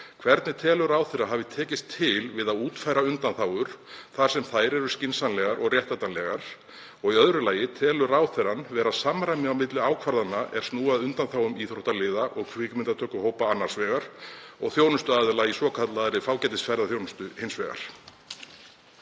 Hvernig telur ráðherra að hafi tekist til við að útfæra undanþágur þar sem þær eru skynsamlegar og réttlætanlegar? Og í öðru lagi: Telur ráðherrann vera samræmi á milli ákvarðana er snúa að undanþágum íþróttaliða og kvikmyndatökuhópa annars vegar og þjónustuaðila í svokallaðri fágætisferðaþjónustu hins vegar?